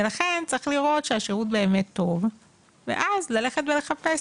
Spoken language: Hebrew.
ולכן צריך לראות שהשירות באמת טוב ואז לחפש